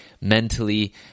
mentally